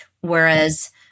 whereas